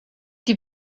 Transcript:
die